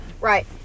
Right